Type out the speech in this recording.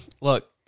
look